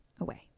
away